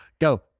go